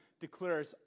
declares